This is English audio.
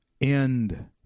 end